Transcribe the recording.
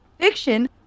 fiction